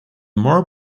more